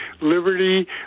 Liberty